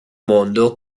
mondo